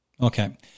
Okay